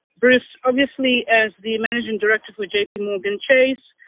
bruce, obviously, as the managing director for j p. morgan chase,